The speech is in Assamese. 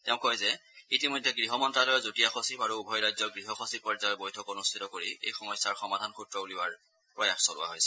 তেওঁ কয় যে ইতিমধ্যে গৃহমন্তালয়ৰ যুটীয়া সচিব আৰু উভয় ৰাজ্যৰ গৃহ সচিব পৰ্যায়ৰ বৈঠক অনুষ্ঠিত কৰি এই সমস্যাৰ সমাধান সূত্ৰ উলিওৱাৰ প্ৰয়াস চলোৱা হৈছে